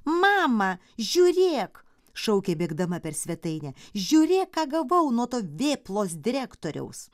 mama žiūrėk šaukė bėgdama per svetainę žiūrėk ką gavau nuo to vėplos direktoriaus